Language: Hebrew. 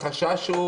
החשש,